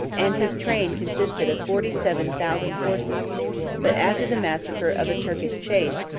and his train consisted of forty-seven thousand horses but after the massacre of a turkish chase,